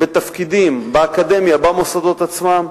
בתפקידים באקדמיה במוסדות עצמם,